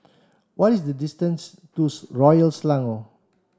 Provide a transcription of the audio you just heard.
what is the distance to Royal Selangor